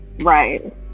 Right